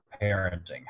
parenting